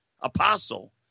apostle